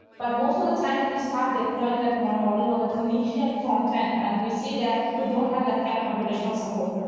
but most of the time, when they start deploying that model model on the clinician frontend, and we see that, we don't have that kind of computational and support.